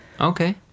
Okay